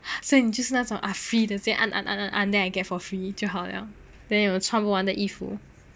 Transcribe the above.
所以你就是那种 ah free 的在按按按 then I get for free 就好 liao then 有穿不完的衣服